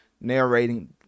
narrating